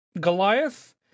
goliath